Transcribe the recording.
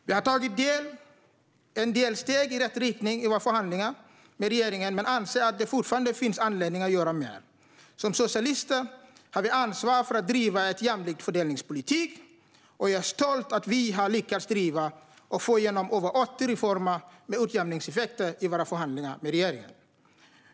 Vi har tagit en del steg i rätt riktning i våra förhandlingar med regeringen men anser att det fortfarande finns anledning att göra mer. Som socialister har vi ett ansvar för att driva en jämlik fördelningspolitik. Jag är stolt över att vi har lyckats driva och få genom över 80 reformer med utjämningseffekter i våra förhandlingar med regeringen.